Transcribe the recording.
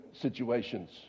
situations